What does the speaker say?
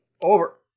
over